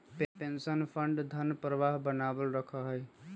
pension fund धन प्रवाह बनावल रखा हई